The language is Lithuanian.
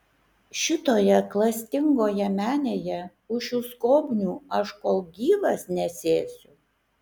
šitoje klastingoje menėje už šių skobnių aš kol gyvas nesėsiu